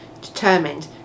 determined